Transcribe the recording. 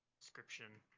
description